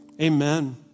Amen